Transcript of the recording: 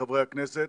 כולל חברי הכנסת.